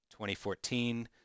2014